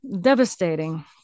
Devastating